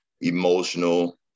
Emotional